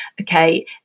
okay